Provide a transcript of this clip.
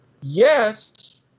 Yes